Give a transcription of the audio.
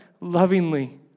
lovingly